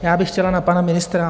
Já bych chtěla na pana ministra.